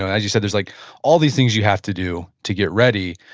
as you said, there's like all these things you have to do to get ready,